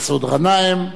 מסעוד גנאים,